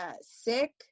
sick